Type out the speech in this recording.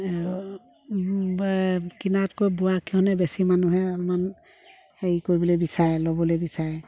কিনাতকৈ বোৱাকেইখনহে বেছি মানুহে মানুহে হেৰি কৰিবলৈ বিচাৰে ল'বলৈ বিচাৰে